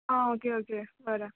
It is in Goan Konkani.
आं ओके ओके बरें